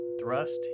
thrust